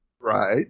Right